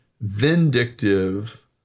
vindictive